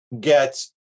get